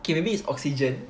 okay maybe it's oxygen